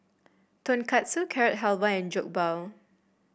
Tonkatsu Carrot Halwa and Jokbal